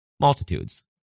Multitudes